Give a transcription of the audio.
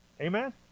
Amen